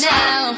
now